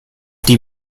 die